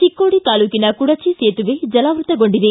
ಚಿಕ್ಕೋಡಿ ತಾಲೂಕಿನ ಕುಡಚಿ ಸೇತುವೆ ಜಲಾವೃತ್ತಗೊಂಡಿದೆ